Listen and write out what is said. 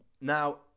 Now